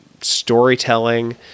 storytelling